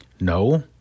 No